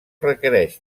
requereix